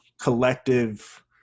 collective